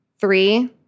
Three